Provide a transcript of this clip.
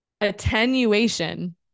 Attenuation